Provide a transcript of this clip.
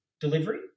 delivery